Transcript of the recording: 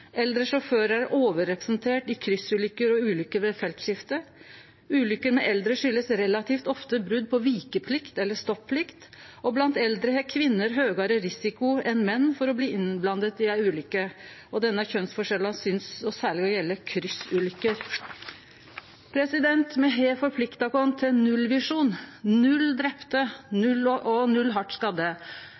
Eldre sjåførar er overrepresenterte i kryssulykker og ulykker ved feltskifte. Ulykker med eldre har relativt ofte si årsak i brot på vikeplikt eller stopplikt. Blant eldre har kvinner høgare risiko enn menn for å bli innblanda i ei ulykke, og denne kjønnsforskjellen synest særleg å gjelde kryssulykker. Me har forplikta oss til ein nullvisjon: null drepne og null